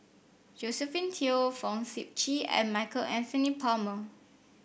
Josephine Teo Fong Sip Chee and Michael Anthony Palmer